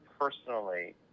personally